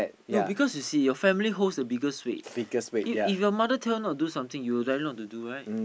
no because you see your family holds the biggest weight if your mother tell you not to do something you will dare not to do right